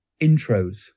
intros